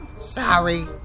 sorry